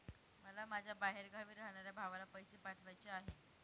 मला माझ्या बाहेरगावी राहणाऱ्या भावाला पैसे पाठवायचे आहे